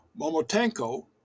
Momotenko